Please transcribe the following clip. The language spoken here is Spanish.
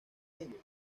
ellos